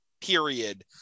period